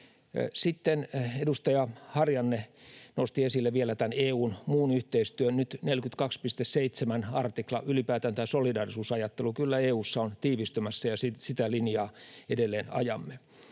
Sitten edustaja Harjanne nosti esille vielä tämän EU:n muun yhteistyön: nyt 42.7 artikla ja ylipäätään tämä solidaarisuusajattelu kyllä EU:ssa on tiivistymässä, ja sitä linjaa edelleen ajamme.